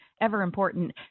ever-important